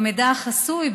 במידע החסוי,